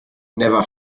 never